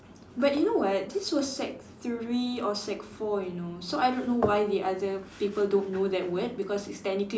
but you know what this was sec three or sec four you know so I don't know why the other people don't know that word because it's technically